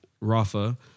Rafa